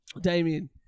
Damien